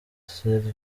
silva